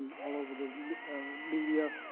all over the media